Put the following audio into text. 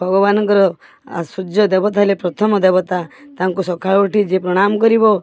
ଭଗବାନଙ୍କର ଆ ସୂର୍ଯ୍ୟ ଦେବତା ହେଲେ ପ୍ରଥମ ଦେବତା ତାଙ୍କୁ ସକାଳୁ ଉଠି ଯିଏ ପ୍ରଣାମ କରିବ